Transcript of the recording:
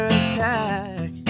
attack